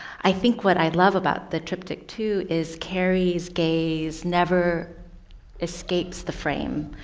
i think what i love about the triptych two is carrie's gaze never escapes the frame.